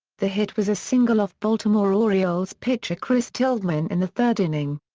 the hit was a single off baltimore orioles pitcher chris tillman in the third inning.